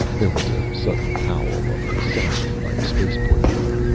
there was a sudden howl of a siren by the spaceport gate.